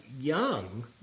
young